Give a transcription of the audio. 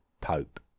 Pope